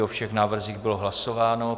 O všech návrzích bylo hlasováno.